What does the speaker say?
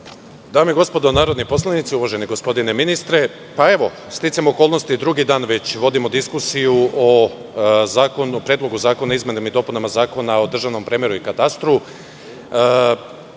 Dame i gospodo narodni poslanici, uvaženi gospodine ministre, pa evo, sticajem okolnosti, drugi dan već vodimo diskusiju o Predlogu zakona o izmenama i dopunama Zakona o državnom premeru i katastru. Odmah